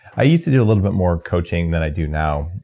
i used to do a little bit more coaching than i do now,